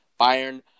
Bayern